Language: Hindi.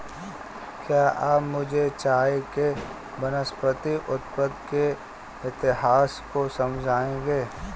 क्या आप मुझे चाय के वानस्पतिक उत्पत्ति के इतिहास को समझाएंगे?